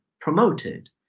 promoted